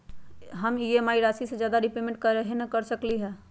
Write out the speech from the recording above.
हम ई.एम.आई राशि से ज्यादा रीपेमेंट कहे न कर सकलि ह?